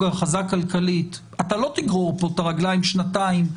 החזק כלכלית: אתה לא תגרור פה ת'רגליים שנתיים,